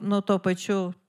nu tuo pačiu